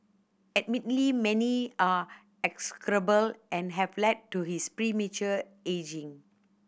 admittedly many are execrable and have led to his premature ageing